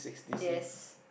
yes